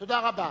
תודה רבה.